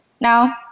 Now